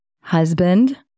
husband